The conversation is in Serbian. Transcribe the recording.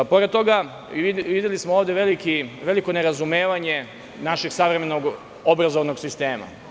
Pored toga, videli smo ovde veliko nerazumevanje našeg savremenog obrazovnog sistema.